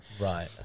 right